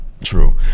True